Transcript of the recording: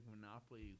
monopoly